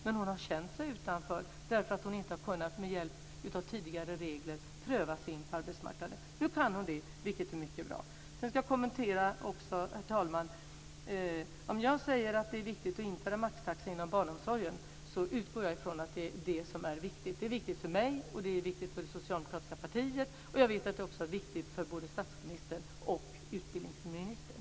Men hon har känt sig utanför eftersom hon med tidigare regler inte har kunnat pröva sig in på arbetsmarknaden. Nu kan hon det, vilket är mycket bra. Sedan, herr talman, ska jag kommentera en annan sak. Om jag säger att det är viktigt att införa maxtaxa inom barnomsorgen så utgår jag från att det också är just det som är viktigt. Det är viktigt för mig, det är viktigt för det socialdemokratiska partiet och jag vet att det också är viktigt för både statsministern och utbildningsministern.